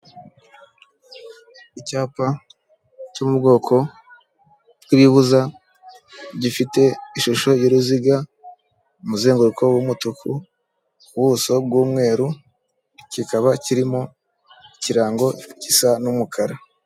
Icyapa cyo mu bwoko bwi'ibibuza gifite ishusho y'uruziga, umuzenguruko w'umutuku, ubuso bw'umweru kikaba kirimo ikirango gisa n'umukara.